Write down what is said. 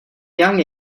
young